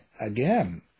again